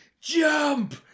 jump